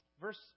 Verse